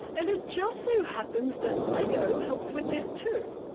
and it just so happens that lego helps with this too.